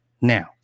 Now